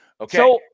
Okay